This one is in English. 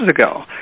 ago